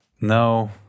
No